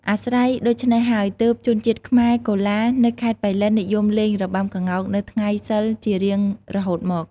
អាស្រ័យដូច្នេះហើយ ទើបជនជាតិខ្មែរកូឡានៅខេត្ដប៉ៃលិននិយមលេងរបាំក្ងោកនៅថ្ងៃសីលជារៀងរហូតមក ។